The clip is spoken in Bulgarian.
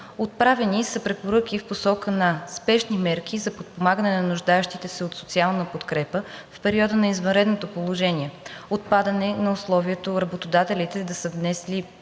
Отправени са препоръки в посока на: спешни мерки за подпомагане на нуждаещите се от социална подкрепа в периода на извънредното положение; отпадане на условието работодателите да са внесли